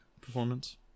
performance